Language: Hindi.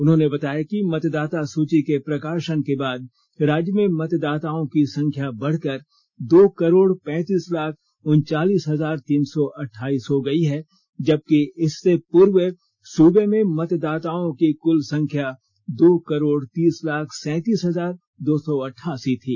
उन्होंने बताया कि मतदाता सूची के प्रकाशन के बाद राज्य में मतदाताओं की संख्या बढ़कर दो करोड़ पैंतीस लाख उनचालीस हजार तीन सौ अठाइस हो गयी जबकि इससे पूर्व सूबे में मतदाताओं की कुल संख्या दो करोड़ तीस लाख सैतीस हजार दो सौ अठासी थी